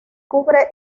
cubre